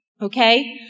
Okay